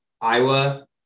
Iowa